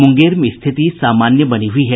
मुंगेर में स्थिति सामान्य बनी हुई है